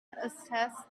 assessed